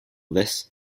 this